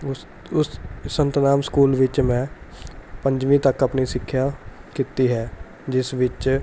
ਉਸ ਉਸ ਸੰਤ ਨਾਮ ਸਕੂਲ ਵਿੱਚ ਮੈਂ ਪੰਜਵੀਂ ਤੱਕ ਆਪਣੀ ਸਿੱਖਿਆ ਕੀਤੀ ਹੈ ਜਿਸ ਵਿੱਚ